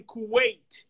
Kuwait